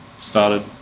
started